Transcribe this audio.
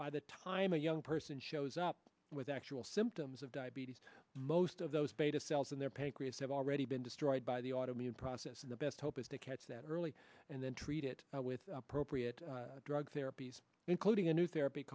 by the time a young person shows up with actual symptoms of diabetes most of those beta cells in their pancreas have already been destroyed by the automated process and the best hope is to catch that early and then treat it with appropriate drug therapies including a new therapy